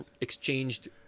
exchanged